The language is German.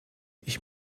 ich